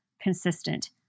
consistent